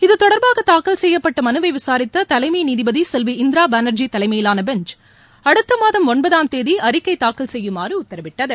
இத்தொடர்பாக தாக்கல் செய்யப்பட்ட மனுவை விசாரித்த தலைமை நீதிபதி செல்வி இந்திரா பானர்ஜி தலைமையிலான பெஞ்ச் அடுத்த மாதம் ஒன்பதாம் தேதி அறிக்கை தாக்கல் செய்யுமாறு உத்தரவிட்டது